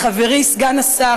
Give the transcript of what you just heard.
לחברי סגן השר,